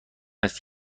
است